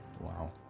Wow